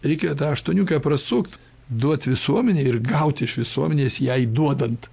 reikia tą aštuoniukę prasukt duot visuomenei ir gaut iš visuomenės jai duodant